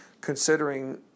considering